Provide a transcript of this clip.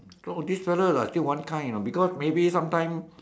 so this fella lah still one kind you know because maybe some time